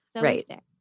Right